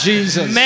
Jesus